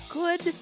good